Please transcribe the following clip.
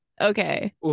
Okay